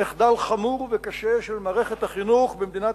מחדל חמור וקשה של מערכת החינוך במדינת